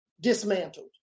dismantled